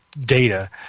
data